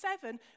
seven